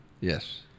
Yes